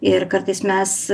ir kartais mes